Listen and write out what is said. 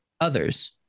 others